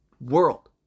world